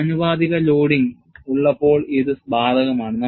ആനുപാതിക ലോഡിംഗ് ഉള്ളപ്പോൾ ഇത് ബാധകമാണ്